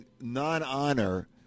non-honor